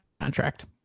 contract